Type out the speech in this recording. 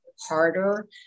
harder